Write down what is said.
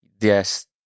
yes